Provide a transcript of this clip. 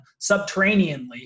subterraneanly